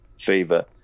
Fever